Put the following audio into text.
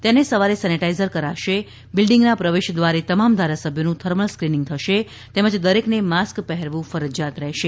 તેને સવારે સેનેટાઇઝર કરાશે બિલ્ડિંગના પ્રવેશદ્વારે તમામ ધારસભ્યોનું થર્મલ સ્કિનિંગ થશે તેમજ દરેકને માસ્ક પહેરવું ફરજીયાત રહેશે